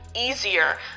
easier